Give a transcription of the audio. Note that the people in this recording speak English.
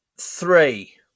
three